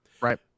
Right